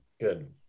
Good